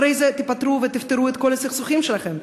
אחרי זה תיפטרו ותפתרו את כל הסכסוכים שלכם.